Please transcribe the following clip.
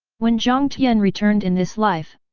when jiang tian returned in this life,